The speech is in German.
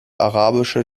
arabische